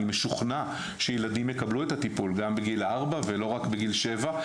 אני משוכנע שילדים יקבלו את הטיפול גם בגיל ארבע ולא רק בגיל שבע.